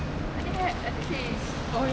I think I think she